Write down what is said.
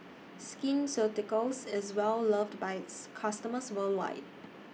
Skin Ceuticals IS Well loved By its customers worldwide